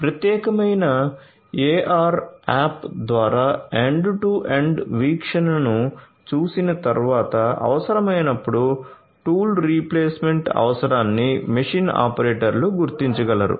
ప్రత్యేకమైన AR app ద్వారా end to end వీక్షణను చూసిన తర్వాత అవసరమైనప్పుడు టూల్ రీప్లేస్మెంట్ అవసరాన్ని మెషిన్ ఆపరేటర్లు గుర్తించగలరు